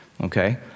okay